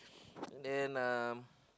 and uh